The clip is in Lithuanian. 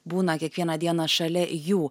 būna kiekvieną dieną šalia jų